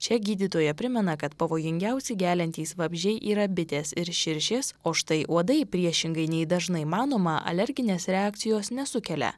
čia gydytoja primena kad pavojingiausi geliantys vabzdžiai yra bitės ir širšės o štai uodai priešingai nei dažnai manoma alerginės reakcijos nesukelia